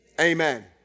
amen